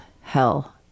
hell